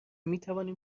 میتوانیم